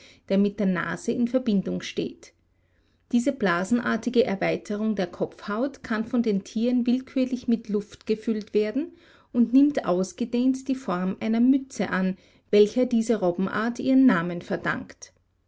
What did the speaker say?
der mit der nase in verbindung steht diese blasenartige erweiterung der kopfhaut kann von den tieren willkürlich mit luft gefüllt werden und nimmt ausgedehnt die form einer mütze an welcher diese robbenart ihren namen verdankt